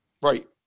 Right